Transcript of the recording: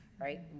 right